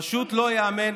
פשוט לא ייאמן.